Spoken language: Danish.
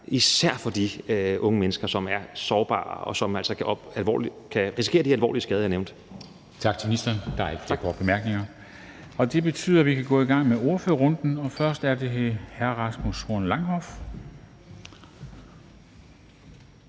især for de unge mennesker, som er sårbare, og som altså kan risikere de alvorlige skader, jeg nævnte. Kl. 15:36 Formanden (Henrik Dam Kristensen): Tak til ministeren. Der er ikke flere korte bemærkninger. Og det betyder, at vi kan gå i gang med ordførerrækken, og først er det hr. Rasmus Horn Langhoff,